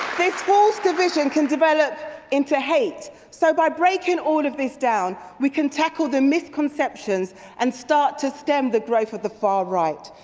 this false division can develop into hate so, by breaking all of this down we can tackle the misconceptions and start to stem the growth of the far right,